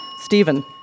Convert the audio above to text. Stephen